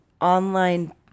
online